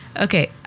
Okay